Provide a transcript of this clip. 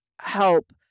help